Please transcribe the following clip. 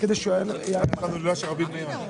אני מחדש את הישיבה.